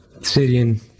Syrian